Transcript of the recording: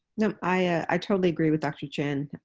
no, i totally agree with dr. chin.